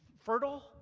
fertile